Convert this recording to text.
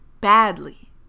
badly